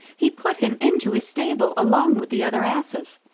he put him into his stable along with the other asses.